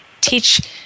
teach